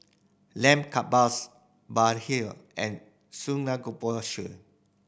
Lamb Kebabs Bar hill and Samgeyopsal